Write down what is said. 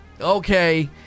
Okay